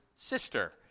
sister